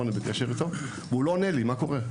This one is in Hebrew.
ועכשיו הוא לא עונה לו לטלפונים ומה קורה,